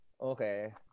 Okay